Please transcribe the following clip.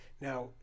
Now